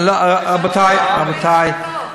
רבותי, רבותי,